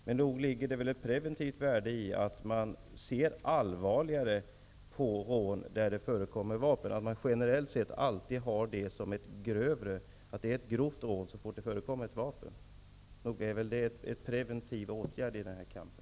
Men nog ligger det väl ett preventivt värde i att man ser allvarligare på rån där det förekommer vapen, att det generellt alltid betraktas som grovt rån så fort det förekommer ett vapen i sammanhanget? Nog är väl det en preventiv åtgärd i den här kampen?